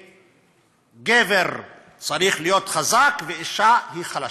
שגבר צריך להיות חזק ואישה היא חלשה,